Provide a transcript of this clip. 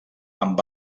amb